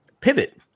Pivot